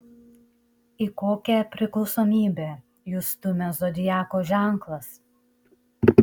į kokią priklausomybę jus stumia zodiako ženklas